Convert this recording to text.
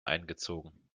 eingezogen